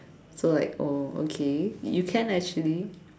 so like oh okay you can actually